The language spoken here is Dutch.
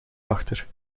achter